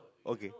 okay